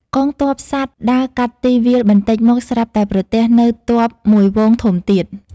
កងទ័ពសត្វដើរកាត់ទីវាល បន្តិចមកស្រាប់តែប្រទះនូវទ័ពមួយហ្វូងធំទៀត។